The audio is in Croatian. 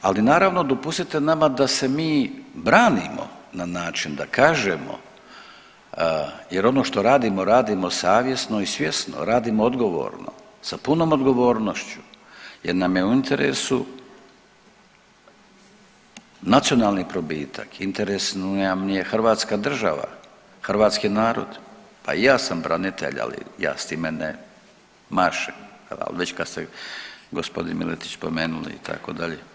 Ali naravno dopustite nama da se mi branimo na način da kažemo jer ono što radimo radimo savjesno i svjesno, radimo odgovorno sa punom odgovornošću jer nam je u interesu nacionalni probitak, interes nam je Hrvatska država, hrvatski narod, pa i ja sam branitelj, ali ja s time ne mašem, ali već kad ste gospodin Miletić spomenuli itd.